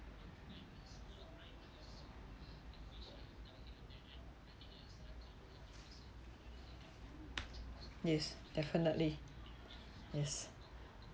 yes definitely yes